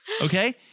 okay